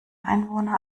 einwohner